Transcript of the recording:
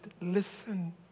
listen